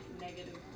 negative